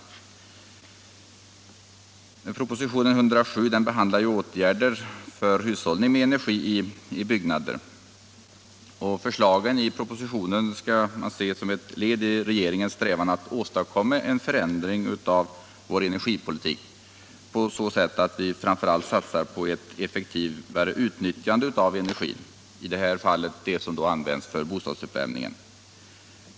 Propositionen 1976/77:107 föreslår åtgärder för hushållning med energi i byggnader. Förslagen i propositionen skall ses som ett led i regeringens strävan att åstadkomma förändring av vår energipolitik, framför allt genom att vi satsar på ett effektivare utnyttjande av energin — i detta fall av den energi som används för bostadsuppvärmning.